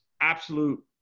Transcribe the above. absolute